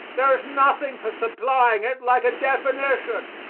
there is nothing for supplying it like a definition.